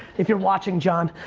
if you're watching john